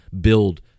build